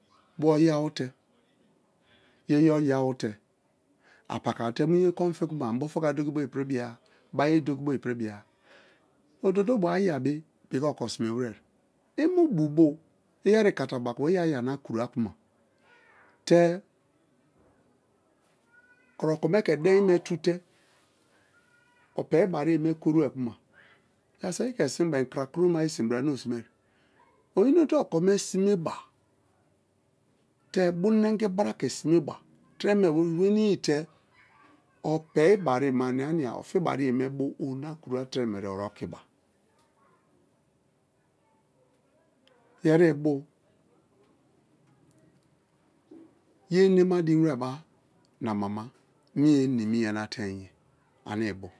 Bo yawu te ye̠yo̠ ya̠wu̠ t̠e apaka mu ye kon fi kuma bufu ka doki̠bo ipiri bia ododobe aya be pi̠ki̠ okosime we̠re̠ i mu bu bo i̠yeri̠ ikata baku̠ i aya na kura kuma te o okome ke̠ deinma i̠ tu̠ te̠ o pei ba ye̠ me korue kuma. ani saki i̠ke simba i̠ krakioma we̠re̠ ye sime bara ane osimai. o i̠ne̠te okome eba treme te o pe̠i bane me ani̠a-ni̠a ofibare me bo orina kura tre me ori̠ oki̠ba yeri ibu ye inama ni̠mi̠ we̠re̠ nam a ma ane ni̠mi̠ yanateim ane i̠ bu̠